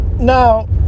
Now